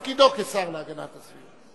הרווחה והבריאות להכנתה לקריאה שנייה ושלישית.